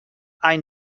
any